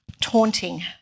taunting